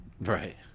Right